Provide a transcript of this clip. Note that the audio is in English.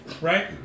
right